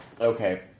Okay